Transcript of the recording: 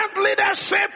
leadership